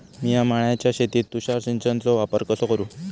मिया माळ्याच्या शेतीत तुषार सिंचनचो वापर कसो करू?